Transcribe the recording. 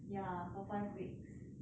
ya for five weeks